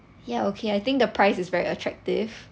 ya okay I think the price is very attractive